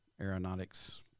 aeronautics